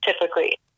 typically